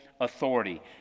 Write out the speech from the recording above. authority